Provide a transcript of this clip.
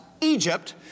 Egypt